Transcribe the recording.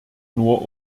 nur